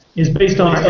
is based on